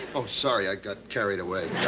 oh, sorry, i got carried away.